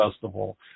Festival